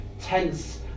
tense